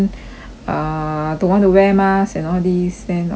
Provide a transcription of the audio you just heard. uh don't want to wear mask and all these then okay lor